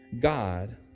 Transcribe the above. God